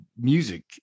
music